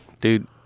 dude